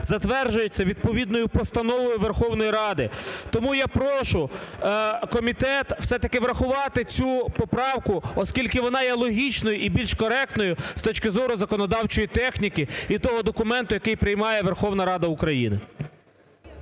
затверджується відповідною постановою Верховної Ради. Тому я прошу комітет все-таки врахувати цю поправку, оскільки вона є логічною і більш коректною з точки зору законодавчої техніки і того документа, який приймає Верховна Рада України.